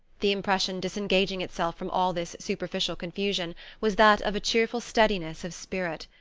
the impression disengaging itself from all this superficial confusion was that of a cheerful steadiness of spirit.